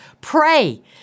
Pray